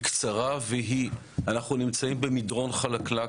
היא קצרה ואנחנו נמצאים במדרון חלקלק,